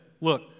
Look